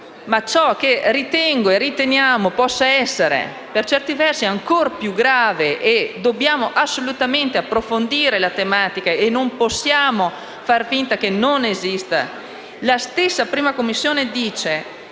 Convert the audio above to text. tematica che ritengo e riteniamo possa essere per certi versi ancor più grave, che dobbiamo assolutamente approfondire e che non possiamo far finta che non esista. La stessa 1a Commissione dice